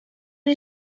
did